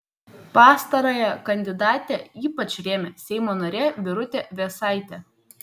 pastarąją kandidatę ypač rėmė seimo narė birutė vėsaitė